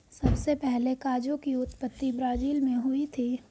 सबसे पहले काजू की उत्पत्ति ब्राज़ील मैं हुई थी